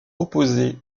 opposé